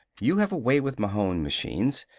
you have a way with mahon machines.